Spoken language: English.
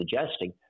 suggesting